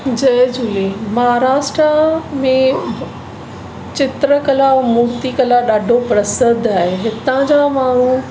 जय झूले महाराष्ट्र में चित्रकला ऐं मूर्तिकला ॾाढो प्रसिद्ध आहे हितां जा माण्हू